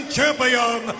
Champion